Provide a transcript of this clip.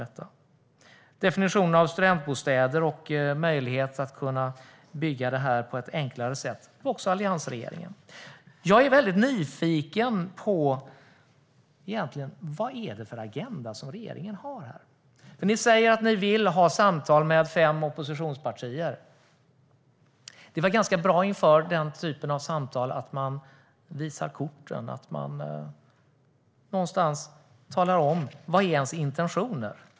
Definitionen av studentbostäder och möjligheten att bygga dem på ett enklare sätt var det också alliansregeringen som låg bakom. Jag är väldigt nyfiken på vad det är för agenda som regeringen har här. Ni säger att ni vill ha samtal med fem oppositionspartier. Det är väl ganska bra att inför den typen av samtal visa korten och tala om vad som är ens intentioner.